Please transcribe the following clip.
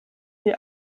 sie